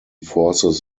forces